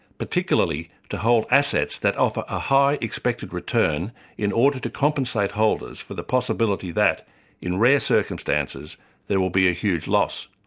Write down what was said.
particularly to hold assets that offer a high expected return in order to compensate holders for the possibility that in rare circumstances there will be a huge loss.